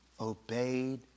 obeyed